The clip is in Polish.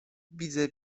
widzę